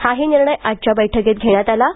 हाही निर्णय आजच्या बैठकीत घेण्यात आला आहे